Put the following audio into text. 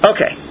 Okay